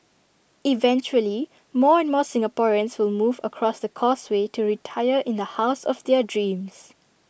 eventually more and more Singaporeans will move across the causeway to retire in the house of their dreams